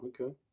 okay